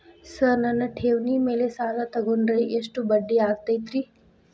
Sir ನನ್ನ ಠೇವಣಿ ಮೇಲೆ ಸಾಲ ತಗೊಂಡ್ರೆ ಎಷ್ಟು ಬಡ್ಡಿ ಆಗತೈತ್ರಿ?